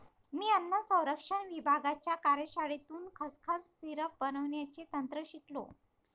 मी अन्न संरक्षण विभागाच्या कार्यशाळेतून खसखस सिरप बनवण्याचे तंत्र शिकलो